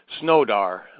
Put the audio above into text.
Snowdar